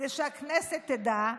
כדי שהכנסת תדע,